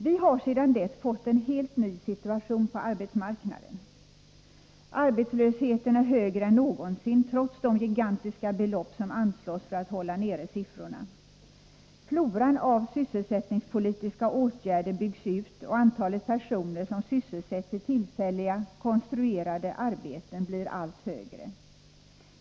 Vi har sedan dess fått en helt ny situation på arbetsmarknaden. Arbetslösheten är högre än någonsin trots de gigantiska belopp som anslås för att hålla nere siffrorna. Floran av sysselsättningspolitiska åtgärder byggs ut och antalet personer som sysselsätts i tillfälliga, konstruerade arbeten blir allt högre.